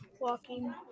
walking